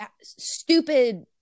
stupid